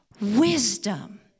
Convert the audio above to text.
Wisdom